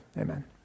amen